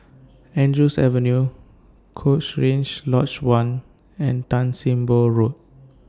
Andrews Avenue Cochrane Lodge one and Tan SIM Boh Road